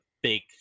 big